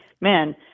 Man